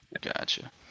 Gotcha